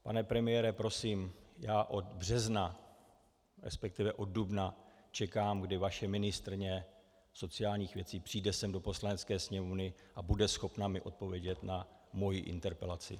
Pane premiére, prosím, já od března, resp. od dubna čekám, kdy vaše ministryně sociálních věcí přijde sem do Poslanecké sněmovny a bude schopna mi odpovědět na moji interpelaci.